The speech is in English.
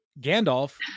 Gandalf